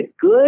good